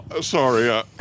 Sorry